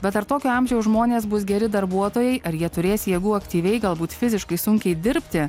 bet ar tokio amžiaus žmonės bus geri darbuotojai ar jie turės jėgų aktyviai galbūt fiziškai sunkiai dirbti